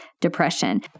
depression